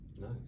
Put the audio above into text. Nice